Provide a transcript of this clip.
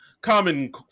common